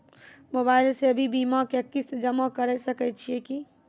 Mobile से भी बीमा के किस्त जमा करै सकैय छियै कि?